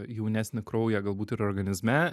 jaunesnį kraują galbūt ir organizme